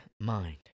mind